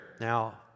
Now